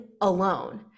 alone